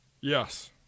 Yes